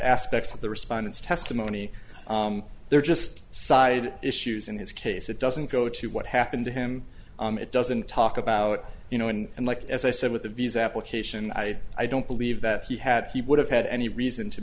aspects of the respondents testimony they're just side issues in his case it doesn't go to what happened to him it doesn't talk about you know and like as i said with the visa application i i don't believe that he had he would have had any reason to